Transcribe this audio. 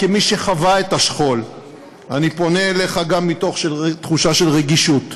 כמי שחווה את השכול; אני פונה אליך גם מתוך תחושה של רגישות,